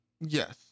Yes